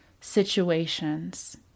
situations